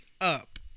up